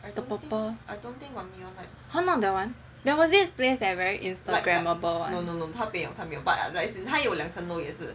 the purple !huh! not that one there was this place that was very Instagramable [one]